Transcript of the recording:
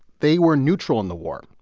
they were neutral on the war.